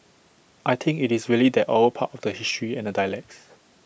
I think IT is really that oral part of the history and the dialects